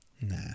nah